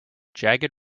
jagged